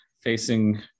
facing